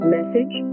Message